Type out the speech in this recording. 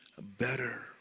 better